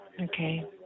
Okay